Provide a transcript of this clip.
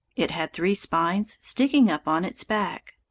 it had three spines sticking up on its back.